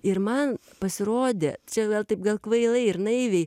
ir man pasirodė čia vėl taip gal kvailai ir naiviai